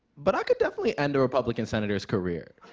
but i could definitely end a republican senator's career.